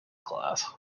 class